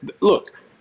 look